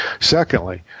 Secondly